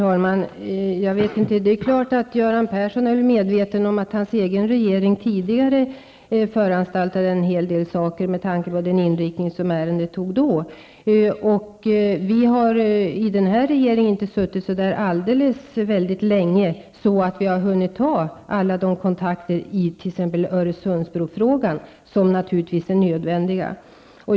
Herr talman! Det är klart att Göran Persson är medveten om att hans egen regering föranstaltade om en hel del saker med tanke på den inriktning som ärendet fick då. Den här regeringen har inte suttit så länge att den har hunnit ta alla de kontakter i t.ex. Öresundsbrofrågan som naturligtvis är nödvändiga.